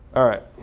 all right,